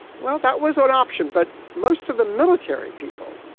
well, that was an option. but most of the military people,